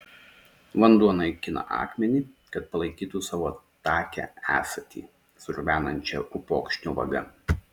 vanduo naikina akmenį kad palaikytų savo takią esatį sruvenančią upokšnio vaga